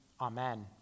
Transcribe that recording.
Amen